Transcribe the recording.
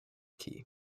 key